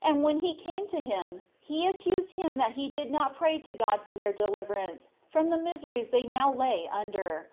and when he came to him, he accused him that he did not pray to god for their deliverance from the miseries they now lay under,